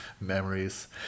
memories